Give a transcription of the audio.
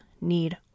need